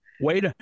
Wait